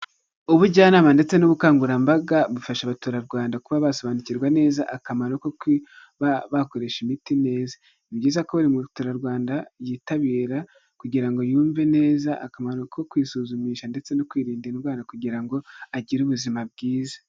Ubujyanama ndetse n'ubukangurambaga bufasha abaturarwanda kuba basobanukirwa neza akamaro ko bakoresha imiti neza. Ni byiza ko buri muturarwanda yitabira kugira ngo yumve neza akamaro ko kwisuzumisha ndetse no kwirinda indwara kugira ngo agire ubuzima bwiza.